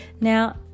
Now